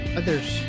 others